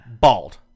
bald